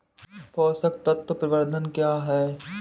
पोषक तत्व प्रबंधन क्या है?